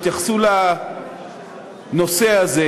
יתייחסו לנושא הזה,